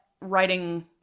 writing